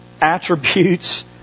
attributes